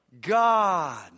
God